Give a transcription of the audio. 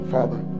Father